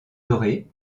doré